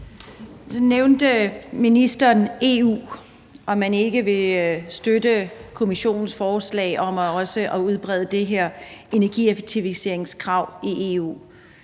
Nu nævnte ministeren EU, og at man ikke vil støtte Kommissionens forslag om også at udbrede det her energieffektiviseringskrav i EU.